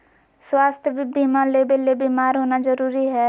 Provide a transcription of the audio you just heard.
स्वास्थ्य बीमा लेबे ले बीमार होना जरूरी हय?